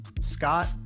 Scott